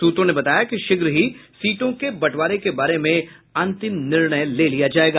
सूत्रों ने बताया कि शीघ्र ही सीटों के बंटवारे के बारे में अंतिम निर्णय ले लिया जायेगा